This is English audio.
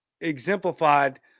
exemplified